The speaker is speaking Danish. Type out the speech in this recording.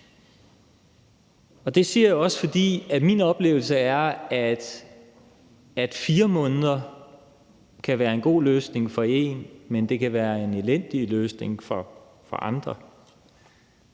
Det siger jeg også, fordi min oplevelse er, at 4 måneder kan være en god løsning for én person, men en elendig løsning for andre